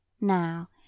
Now